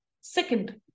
Second